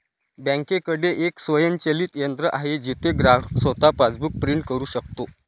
बँकेकडे एक स्वयंचलित यंत्र आहे जिथे ग्राहक स्वतः पासबुक प्रिंट करू शकतो